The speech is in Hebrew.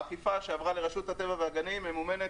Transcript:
האכיפה שעברה לרשות הטבע והגנים ממומנת